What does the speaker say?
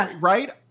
right